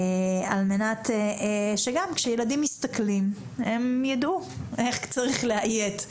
על מנת שגם כשילדים מסתכלים הם יידעו איך צריך לאיית.